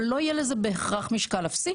אבל לא יהיה לזה בהכרח משקל אפסי,